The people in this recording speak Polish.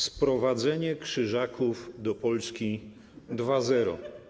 Sprowadzenie Krzyżaków do Polski 2.0.